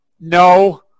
no